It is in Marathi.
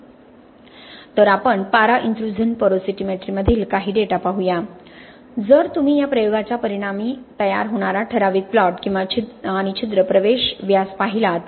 तर आपण पारा इंत्रुझण पोरोसिमेट्रीमधील काही डेटा पाहू या जर तुम्ही या प्रयोगाच्या परिणामी तयार होणारा ठराविक प्लॉट आणि छिद्र प्रवेश व्यास पाहिला तर